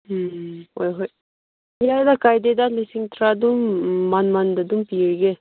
ꯎꯝ ꯍꯣꯏ ꯍꯣꯏ ꯄꯤꯔꯒꯦ ꯀꯩꯁꯨ ꯀꯥꯏꯗꯦꯗ ꯂꯤꯁꯤꯡ ꯇꯔꯥ ꯑꯗꯨꯝ ꯋꯥꯟ ꯃꯟꯗ ꯑꯗꯨꯝ ꯄꯤꯔꯒꯦ